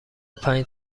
پنج